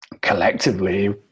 collectively